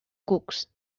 cucs